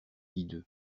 hideux